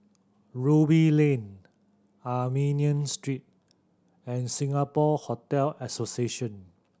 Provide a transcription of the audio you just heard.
Ruby Lane Armenian Street and Singapore Hotel Association